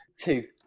Two